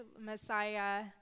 messiah